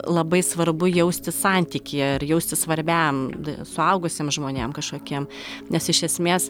labai svarbu jaustis santykyje ir jaustis svarbiam suaugusiem žmonėm kažkokiem nes iš esmės